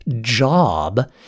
job